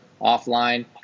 offline